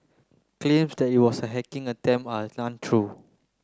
claims that it was a hacking attempt are untrue